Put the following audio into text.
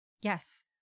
Yes